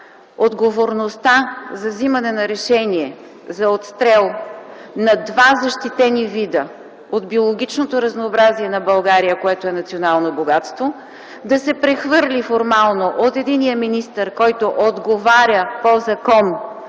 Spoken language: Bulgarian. отговорността за взимане на решение за отстрел на два защитени вида от биологичното разнообразие на България, което е национално богатство, да се прехвърли формално от единия министър, който отговаря по закон